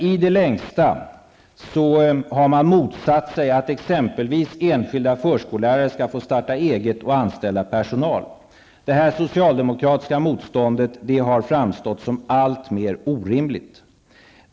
I det längsta har man motsatt sig att exempelvis enskilda förskollärare får starta eget och anställa personal. Det här socialdemokratiska motståndet har kommit att framstå som alltmer orimligt.